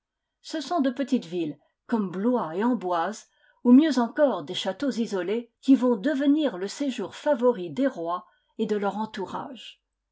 ce sont de petites villes comme blois et amboise ou mieux encore des châteaux isolés qui vont devenir le séjour favori des rois et de leur entourage